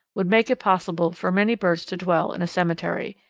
would make it possible for many birds to dwell in a cemetery,